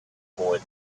boy